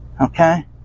Okay